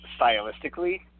stylistically